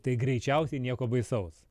tai greičiausiai nieko baisaus